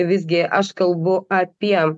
visgi aš kalbu apie